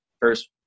first